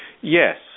Yes